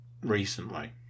Recently